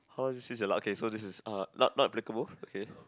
how is this this your luck so this is uh not not applicable okay